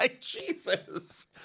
Jesus